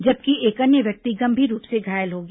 जबकि एक अन्य व्यक्ति गंभीर रूप से घायल हो गया